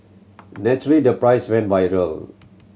naturally the piece went viral